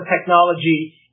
technology